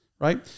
right